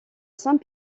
saint